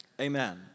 amen